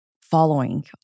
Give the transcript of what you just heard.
following